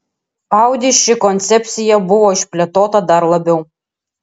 audi ši koncepcija buvo išplėtota dar labiau